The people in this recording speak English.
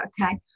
okay